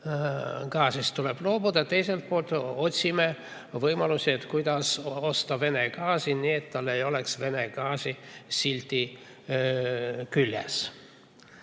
gaasist tuleb loobuda, ja teiselt poolt otsime võimalusi, kuidas osta Vene gaasi nii, et tal ei oleks Vene gaasi silti küljes.